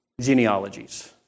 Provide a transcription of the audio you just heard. genealogies